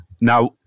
Now